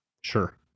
Sure